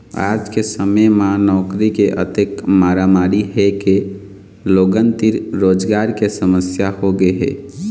आज के समे म नउकरी के अतेक मारामारी हे के लोगन तीर रोजगार के समस्या होगे हे